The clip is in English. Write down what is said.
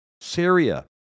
Syria